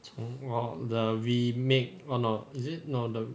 重 !wow! the remake what not is it not the